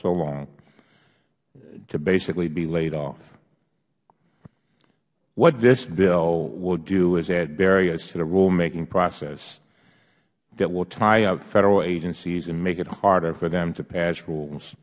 so long to basically be laid off what this bill will do is add barriers to the rulemaking process that will tie up federal agencies and make it harder for them to pass rules